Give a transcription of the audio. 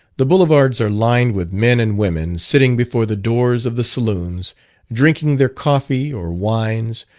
the boulevards are lined with men and women sitting before the doors of the saloons drinking their coffee or wines,